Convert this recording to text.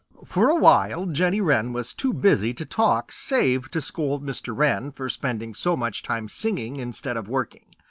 for a while jenny wren was too busy to talk save to scold mr. wren for spending so much time singing instead of working.